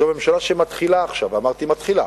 זו ממשלה שמתחילה עכשיו, אמרתי מתחילה,